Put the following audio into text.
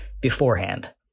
beforehand